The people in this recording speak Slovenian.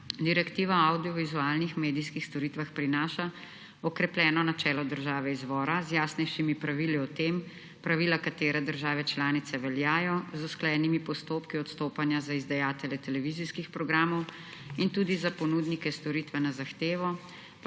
Direktiva o avdiovizualnih medijskih storitvah prinaša okrepljeno načelo države izvora, z jasnejšimi pravili o tem, pravila katere države članice veljajo, z usklajenimi postopki odstopanja za izdajatelje televizijskih programov in tudi za ponudnike storitve na zahtevo,